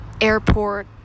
airport